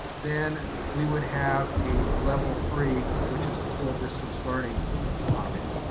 then we would have a level three, which is a full distance learning option.